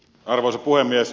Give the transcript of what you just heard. arvoisa puhemies